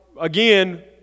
again